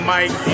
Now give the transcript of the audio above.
Mike